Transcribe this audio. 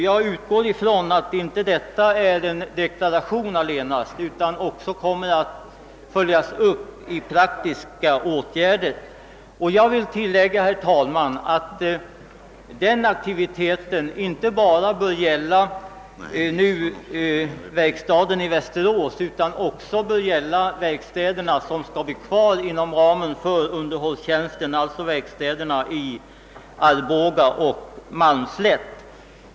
Jag utgår från att detta inte är en deklaration allenast, utan också kommer att följas upp i form av praktiska åtgärder. Jag vill tillägga, herr talman, att den aktiviteten bör gälla inte bara huvudverkstaden i Västerås utan också de verkstäder som skall kvarstå inom ramen för underhållstjänsten, d. v. s. verkstäderna i Arboga och Malmslätt.